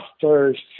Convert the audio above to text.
first